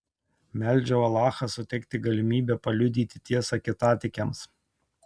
meldžiau alachą suteikti galimybę paliudyti tiesą kitatikiams